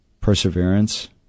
perseverance